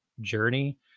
journey